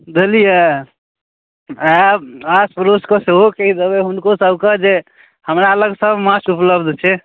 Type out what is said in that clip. बुझलियै आयब आस पड़ोसके सेहो कहि देबै हुनको सभके जे हमरा लग सभ माछ उपलब्ध छै